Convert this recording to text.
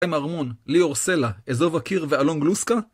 אתם ארמון, ליאור סלע, אזוב הקיר ואלון גלוסקה?